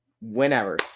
whenever